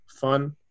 fun